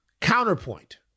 Counterpoint